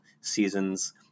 seasons